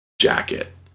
jacket